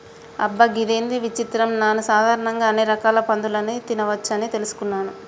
అబ్బ గిదేంది విచిత్రం నాను సాధారణంగా అన్ని రకాల పందులని తినవచ్చని తెలుసుకున్నాను